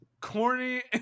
corny